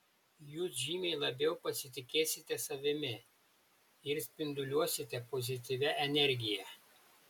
jūs žymiai labiau pasitikėsite savimi ir spinduliuosite pozityvia energija